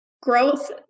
growth